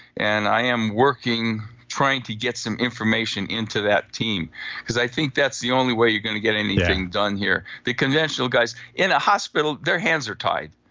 and i am working trying to get some information into that team because i think that's the only way you're going to get anything done here. the conventional guys in a hospital, their hands are tied.